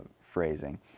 phrasing